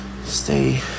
stay